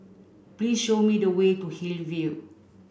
please show me the way to Hillview